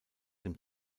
dem